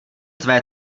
tvé